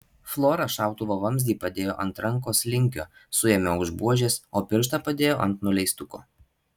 flora šautuvo vamzdį padėjo ant rankos linkio suėmė už buožės o pirštą padėjo ant nuleistuko